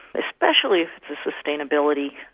especially for sustainability,